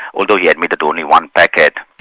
although he admitted only one packet.